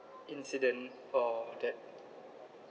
incident or that